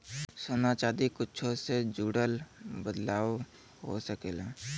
सोना चादी कुच्छो से जुड़ल बदलाव हो सकेला